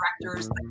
directors